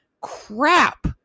crap